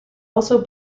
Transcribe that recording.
also